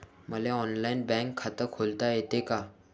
मले online bank खात खोलता येते का?